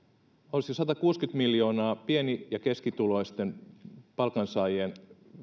olisiko satakuusikymmentä miljoonaa pieni ja keskituloisten palkansaajien